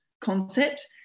concept